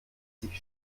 sich